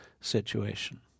situation